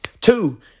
Two